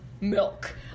milk